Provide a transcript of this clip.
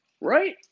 Right